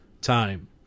time